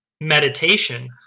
meditation